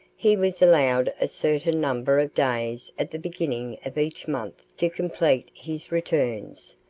he was allowed a certain number of days at the beginning of each month to complete his returns,